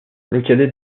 cadet